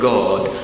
God